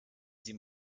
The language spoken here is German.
sie